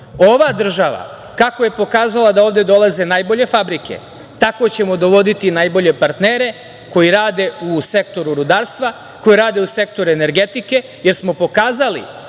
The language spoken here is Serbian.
država kako je pokazala da ovde dolaze najbolje fabrike tako ćemo dovoditi najbolje partnere koji rade u sektoru rudarstva, koji rade u sektoru energetike, jer smo pokazali